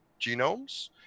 genomes